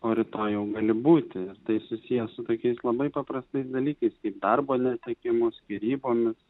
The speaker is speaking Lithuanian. o rytoj jau gali būti ir tai susiję su tokiais labai paprastais dalykais kaip darbo netekimu skyrybomis